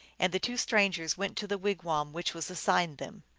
and the two strangers went to the wigwam which was assigned them.